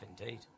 Indeed